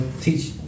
Teach